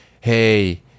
hey